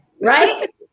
Right